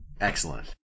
excellent